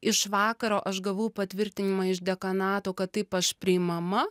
iš vakaro aš gavau patvirtinimą iš dekanato kad taip aš priimama